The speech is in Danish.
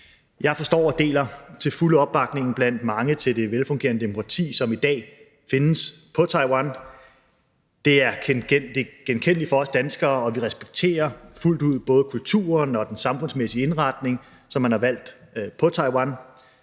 Jeg forstår og deler til fulde opbakningen blandt mange til det velfungerende demokrati, som i dag findes på Taiwan. Det er genkendeligt for os danskere, og vi respekterer fuldt ud både kulturen og den samfundsmæssige indretning, som man har valgt på Taiwan.